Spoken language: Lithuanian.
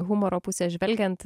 humoro pusės žvelgiant